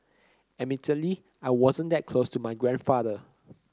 admittedly I wasn't that close to my grandfather